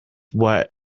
what